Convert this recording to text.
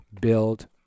build